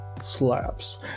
slaps